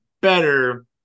better